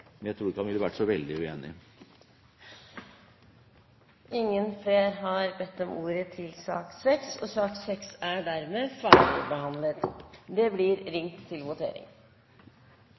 men jeg tror ikke han ville ha vært så veldig uenig. Flere har ikke bedt om ordet til sak